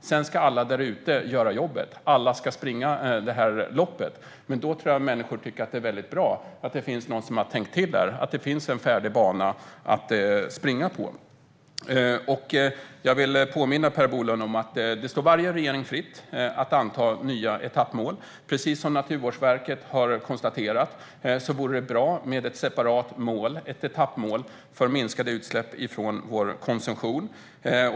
Sedan ska alla där ute göra jobbet. Alla ska springa loppet. Då tror jag att människor tycker att det är bra att det finns någon som har tänkt till, så att det finns en färdig bana att springa på. Jag vill påminna Per Bolund om att det står varje regering fritt att anta nya etappmål. Precis som Naturvårdsverket har konstaterat vore det bra med ett separat mål, ett etappmål, för minskade utsläpp från vår konsumtion.